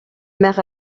maire